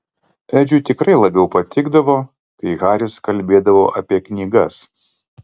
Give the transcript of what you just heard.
edžiui tikrai labiau patikdavo kai haris kalbėdavo apie knygas